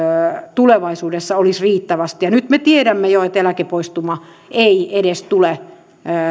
tulevaisuudessa olisi riittävästi nyt me tiedämme jo että edes eläkepoistuma ei tule